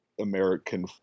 American